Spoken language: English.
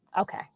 okay